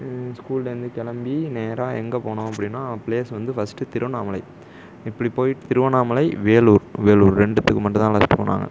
ஸ்கூல்லேருந்து கிளம்பி நேராக எங்கே போனோம் அப்படின்னா பிளேஸ் வந்து ஃபஸ்ட்டு திருவண்ணாமலை இப்படி போய் திருவண்ணாமலை வேலூர் வேலூர் ரெண்டுத்துக்கு மட்டும் தான் அழைச்சிட்டு போனாங்க